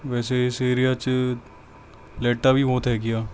ਵੈਸੇ ਇਸ ਏਰੀਆ 'ਚ ਲਾਈਟਾਂ ਵੀ ਬਹੁਤ ਹੈਗੀਆਂ